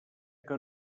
que